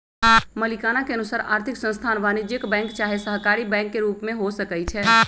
मलिकाना के अनुसार आर्थिक संस्थान वाणिज्यिक बैंक चाहे सहकारी बैंक के रूप में हो सकइ छै